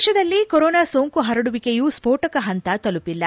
ದೇಶದಲ್ಲಿ ಕೊರೊನಾ ಸೋಂಕು ಪರಡುವಿಕೆಯು ಸ್ಪೋಟಕ ಪಂತ ತಲುಪಿಲ್ಲ